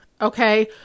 Okay